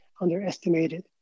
underestimated